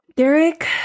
Derek